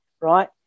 right